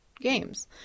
games